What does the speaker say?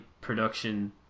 production